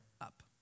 up